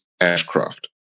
Ashcroft